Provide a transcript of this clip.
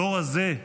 הדור הזה,